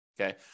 okay